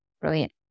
Brilliant